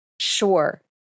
Sure